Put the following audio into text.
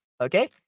Okay